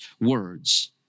words